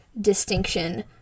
distinction